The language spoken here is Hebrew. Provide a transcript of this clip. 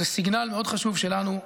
זה סיגנל מאוד חשוב שלנו,